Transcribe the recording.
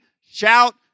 shout